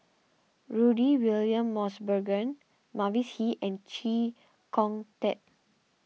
Rudy William Mosbergen Mavis Hee and Chee Kong Tet